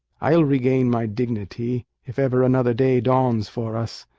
i'll regain my dignity if ever another day dawns for us.